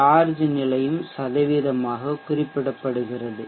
charge நிலையும் சதவீதமாகக் குறிப்பிடப்டுகிறது